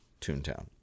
Toontown